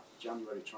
January